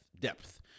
depth